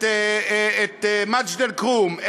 את מג'ד-אלכרום,